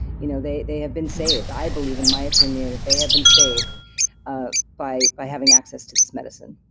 you know they they have been saved, i believe, in my opinion, that they have been saved ah by by having access to this medicine.